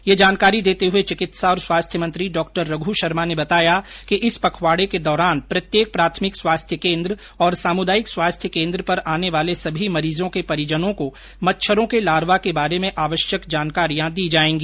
यह जानकारी देते हए चिकित्सा और स्वास्थ्य मंत्री डॉ रघु शर्मा ने बताया कि इस पखवाड़े के दौरान प्रत्येक प्राथमिक स्वास्थ्य केंद्र और सामुदायिक स्वास्थ्य केंद्र पर आने वाले सभी मरीजों के परिजनों को मच्छरों के लार्वा के बारे में आवश्यक जानकारियां दी जाएगी